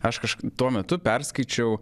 aš kažkaip tuo metu perskaičiau